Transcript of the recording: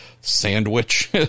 sandwich